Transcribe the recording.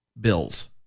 bills